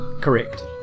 correct